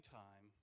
time